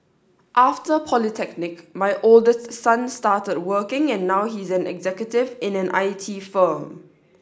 after polytechnic my oldest son started working and now he's an executive in an I T firm